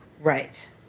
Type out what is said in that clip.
Right